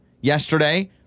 yesterday